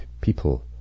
people